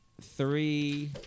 three